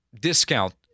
discount